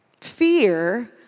Fear